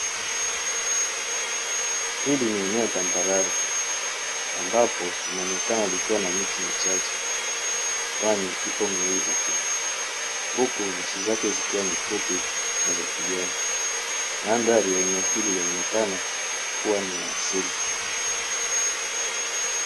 Hili ni eneo tambalale ,ambapo linaonekana likiwa na miti michache ,kwani ipo miwili tu, huku nyasi zake zikiwa ni fupi na za kijani. Mandhari ya eneo hili yaonekana kua ni ya asili.